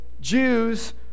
Jews